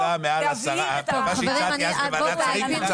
מה שהצעתי אז בוועדת השרים,